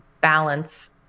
balance